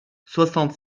soixante